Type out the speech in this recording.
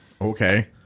Okay